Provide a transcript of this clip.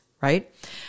right